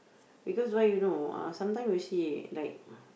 because why you know ah sometime you see like